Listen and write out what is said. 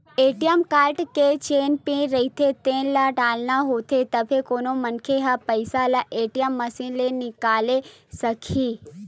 ATM card के जेन pin रहिथे तेन ल डालना होथे तभे कोनो मनखे ह पइसा ल ए.टी.एम मसीन ले निकाले सकही